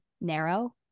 narrow